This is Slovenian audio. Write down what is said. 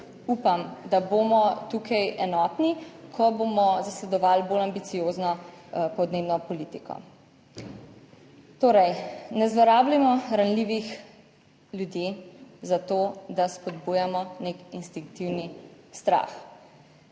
upam, da bomo tukaj enotni, ko bomo zasledovali bolj ambiciozno podnebno politiko. Torej ne zlorabljamo ranljivih ljudi za to, da spodbujamo nek instinktivni strah.